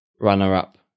runner-up